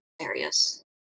areas